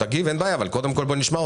אם יהיו תגובות, תגיב, אבל קודם כל נשמע.